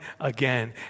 again